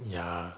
ya